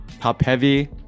top-heavy